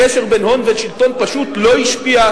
הקשר בין הון ושלטון פשוט לא השפיע,